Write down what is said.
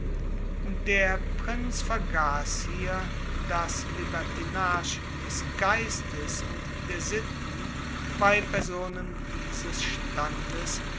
der prinz vergaß hier daß libertinage des geistes und der sitten bei personen dieses standes